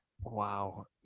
Wow